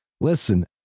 Listen